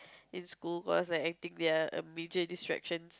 in school cause like I think they are a major distraction